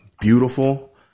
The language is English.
beautiful